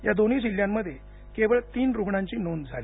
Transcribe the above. या दोन्ही जिल्ह्यांमध्ये केवळ तीन रुग्णांची नोंद झाली